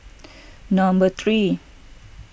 number three